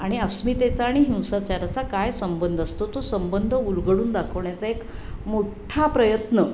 आणि अस्मितेचा आणि हिंसाचाराचा काय संबंध असतो तो संबंध उलगडून दाखवण्याचा एक मोठा प्रयत्न